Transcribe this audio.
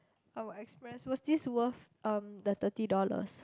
our express was this worth um the thirty dollars